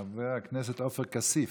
חבר הכנסת עופר כסיף.